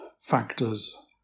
factors